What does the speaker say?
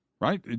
right